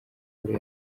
muri